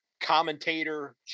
commentator